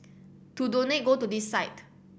to donate go to this site